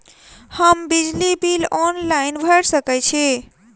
हम बिजली bill online भैर सकै छी?